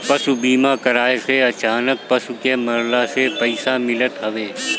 पशु बीमा कराए से अचानक पशु के मरला से पईसा मिलत हवे